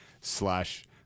slash